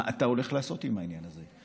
מה אתה הולך לעשות עם העניין הזה.